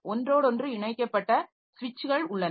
ஒன்றோடொன்று இணைக்கப்பட்ட ஸ்விட்ச்கள் உள்ளன